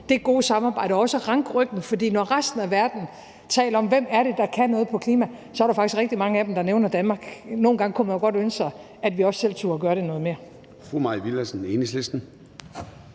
det gode samarbejde og også ranke ryggen, for når resten af verden taler om, hvem det er, der kan noget på klima, så er der faktisk rigtig mange af dem, der nævner Danmark. Nogle gange kunne man jo godt ønske sig, at vi også selv turde gøre det noget mere.